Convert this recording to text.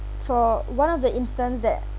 for one of the instance that